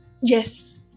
Yes